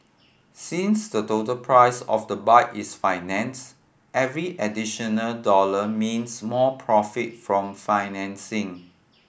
since the total price of the bike is financed every additional dollar means more profit from financing